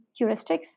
heuristics